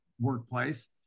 workplace